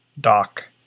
dock